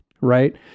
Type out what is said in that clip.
right